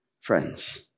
friends